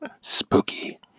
spooky